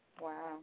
Wow